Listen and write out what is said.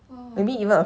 !wah!